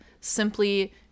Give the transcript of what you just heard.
simply